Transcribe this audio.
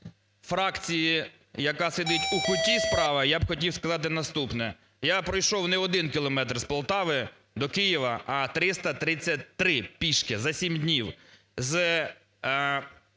я б хотів сказати наступне. Я пройшов не один кілометр з Полтави до Києва, а 333 пішки за 7 днів,